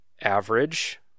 average